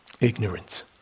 ignorance